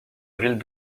ville